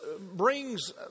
brings